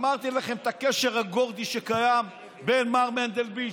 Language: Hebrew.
אמרתי לכם על הקשר הגורדי שקיים בין מר מנדלבליט,